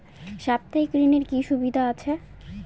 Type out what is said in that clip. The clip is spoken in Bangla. সাপ্তাহিক ঋণের কি সুবিধা আছে?